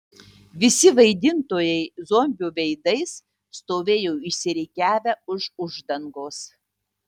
visi vaidintojai zombių veidais stovėjo išsirikiavę už uždangos